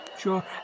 Sure